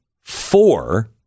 four